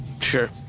Sure